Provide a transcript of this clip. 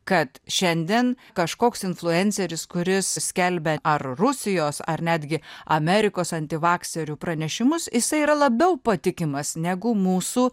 kad šiandien kažkoks influenceris kuris skelbia ar rusijos ar netgi amerikos antivakserių pranešimus jisai yra labiau patikimas negu mūsų